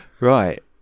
right